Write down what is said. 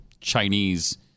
Chinese